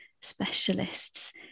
specialists